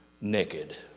naked